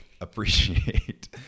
appreciate